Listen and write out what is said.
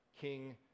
King